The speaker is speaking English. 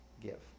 give